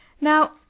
Now